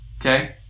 Okay